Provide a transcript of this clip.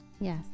Yes